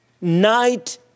Night